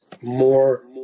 more